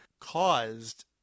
caused